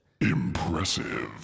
impressive